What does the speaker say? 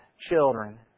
children